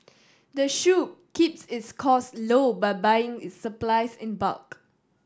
the shop keeps its costs low by buying its supplies in bulk